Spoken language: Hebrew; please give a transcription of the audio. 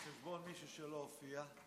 על חשבון מישהו שלא הופיע?